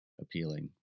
appealing